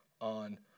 on